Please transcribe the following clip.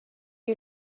you